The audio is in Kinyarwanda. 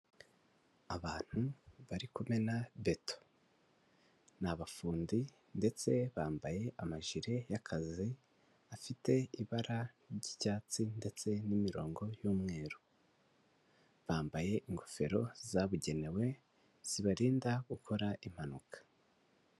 Abantu bari kumena beto. Ni abafundi ndetse bambaye amajire y'akazi, afite ibara ry'icyatsi ndetse n'imirongo y'umweru. Bambaye ingofero zabugenewe, zibarinda gukora impanuka.